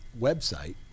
website